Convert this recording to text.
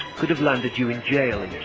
could have landed you in jail in